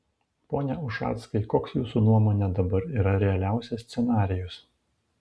pone ušackai koks jūsų nuomone dabar yra realiausias scenarijus